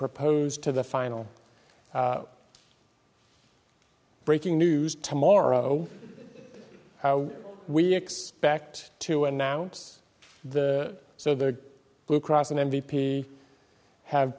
proposed to the final breaking news to morrow how we expect to announce the so the blue cross and m v p have